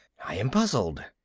i am puzzled.